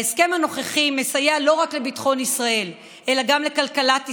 ההסכם הנוכחי מסייע לא רק לביטחון ישראל אלא גם לכלכלת ישראל.